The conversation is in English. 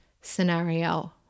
scenario